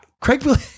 Craig